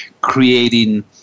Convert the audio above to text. creating